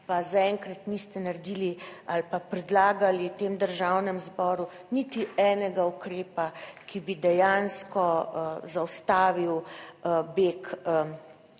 pa zaenkrat niste naredili ali pa predlagali v tem Državnem zboru niti enega ukrepa, ki bi dejansko zaustavil beg